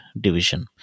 division